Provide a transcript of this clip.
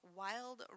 wild